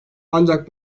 ancak